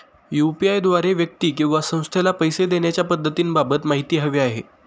UPI द्वारे व्यक्ती किंवा संस्थेला पैसे देण्याच्या पद्धतींबाबत माहिती हवी आहे